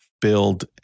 build